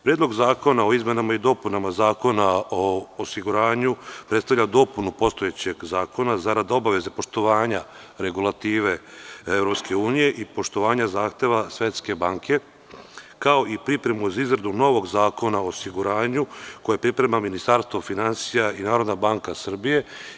Predlog zakona o izmenama i dopunama Zakona o osiguranju predstavlja dopunu postojećeg zakona zarad obaveze poštovanja regulative EU i poštovanja zahteva Svetske banke, kao i pripremu za izradu novog Zakona o osiguranju, koji priprema Ministarstvo finansija i NBS.